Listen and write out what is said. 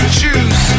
choose